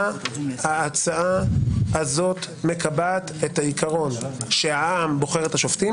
ההצעה הזאת מקבעת גם את העיקרון שהעם בוחר את השופטים